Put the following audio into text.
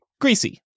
Greasy